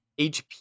HP